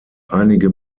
einige